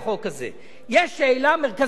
האם הנושא של חוק נישואים וגירושים,